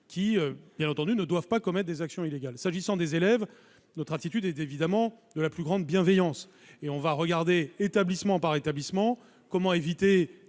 extérieurs, qui ne doivent pas commettre des actions illégales. S'agissant des élèves, notre attitude est évidemment dictée par la plus grande bienveillance. Nous allons regarder, établissement par établissement, comment éviter